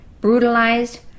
brutalized